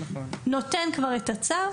נותן כבר את הצו,